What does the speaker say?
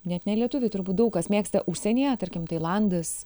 net ne lietuviai turbūt daug kas mėgsta užsienyje tarkim tailandas